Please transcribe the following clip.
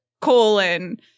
colon